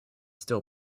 still